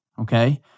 Okay